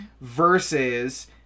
versus